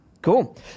Cool